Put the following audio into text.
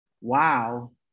Wow